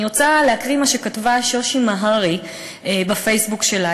אני רוצה לקרוא מה שכתבה שושי מהרי בפייסבוק שלה: